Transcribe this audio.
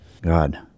God